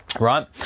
right